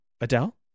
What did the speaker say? Adele